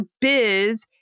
biz